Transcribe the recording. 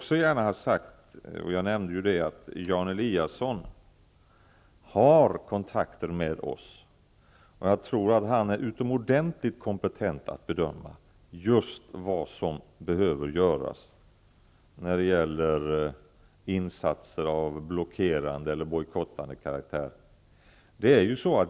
Som jag nämnde i mitt svar har Jan Eliasson kontakter med oss. Jag tror att han är utomordentligt kompetent att bedöma just vad som behöver göras när det gäller insatser av blockerande eller bojkottande karaktär.